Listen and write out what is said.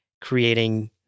creating